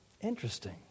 Interesting